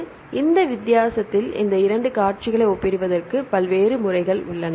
எனவே இந்த விஷயத்தில் இந்த 2 காட்சிகளை ஒப்பிடுவதற்கு பல்வேறு முறைகள் உள்ளன